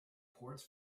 ports